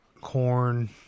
corn